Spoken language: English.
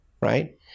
right